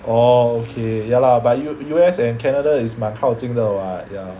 orh okay ya lah but U~ U_S and Canada is 蛮靠近的 [what] ya